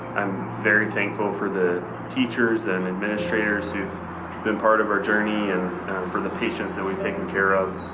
i'm very thankful for the teachers and administrators who've been part of our journey, and for the patients that we've taken care of.